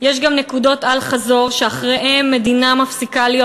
יש גם נקודות אל-חזור שאחריהן מדינה מפסיקה להיות